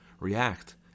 react